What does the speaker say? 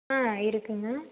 ஆ இருக்குங்க